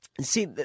see